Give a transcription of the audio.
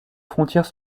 frontière